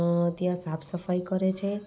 ત્યાં સાફ સફાઈ કરે છે